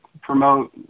promote